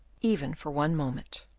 even for one moment.